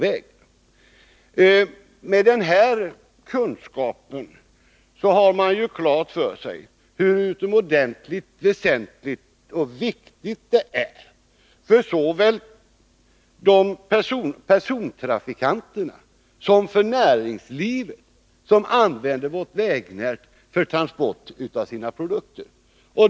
Har man detta klart för sig, förstår man hur utomordentligt viktigt vägnätet är såväl för persontrafiken som för näringslivet som använder vägarna för transport av sina produkter.